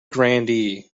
grandee